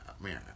Man